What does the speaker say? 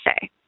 say